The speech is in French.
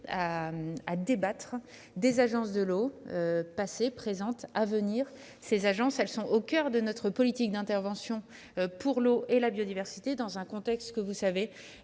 sur les agences de l'eau, passées, présentes et à venir. Les agences de l'eau sont au coeur de notre politique d'intervention pour l'eau et la biodiversité dans un contexte, que vous